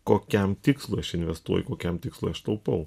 kokiam tikslui aš investuoju kokiam tikslui aš taupau